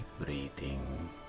breathing